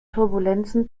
turbulenzen